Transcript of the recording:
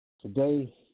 Today